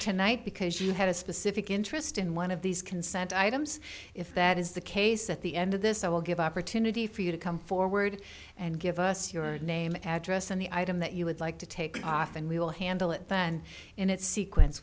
tonight because you have a specific interest in one of these consent items if that is the case at the end of this i will give opportunity for you to come forward and give us your name address and the item that you would like to take off and we will handle it then and it sequence